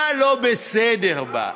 מה לא בסדר בה?